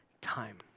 time